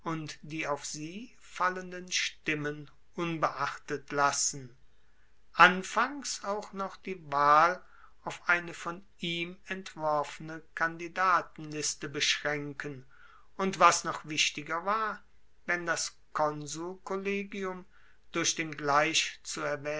die auf sie fallenden stimmen unbeachtet lassen anfangs auch noch die wahl auf eine von ihm entworfene kandidatenliste beschraenken und was noch wichtiger war wenn das konsulkollegium durch den gleich